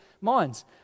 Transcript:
minds